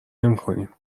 نمیکنیم